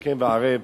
השכם והערב,